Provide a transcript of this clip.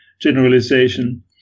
generalization